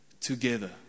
together